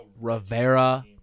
Rivera